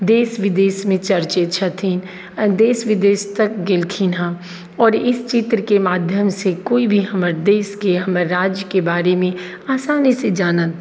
देश विदेशमे चर्चित छथिन देश विदेश तक गेलखिन हँ आओर इस चित्रके माध्यमसँ केओ भी हमर देशके हमर राज्यके बारेमे आसानी से जानत